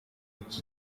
iki